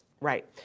Right